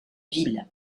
ville